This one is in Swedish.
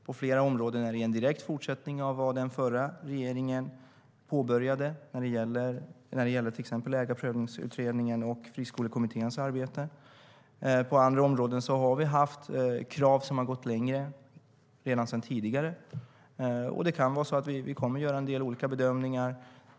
På flera områden är det en direkt fortsättning av vad den förra regeringen påbörjade när det gäller till exempel Ägarprövningsutredningens och Friskolekommitténs arbete. På andra områden har vi haft krav som har gått längre redan sedan tidigare. Det kan vara så att vi kommer att göra en del olika bedömningar.